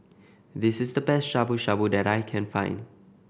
this is the best Shabu Shabu that I can find